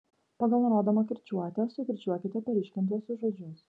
pagal nurodomą kirčiuotę sukirčiuokite paryškintuosius žodžius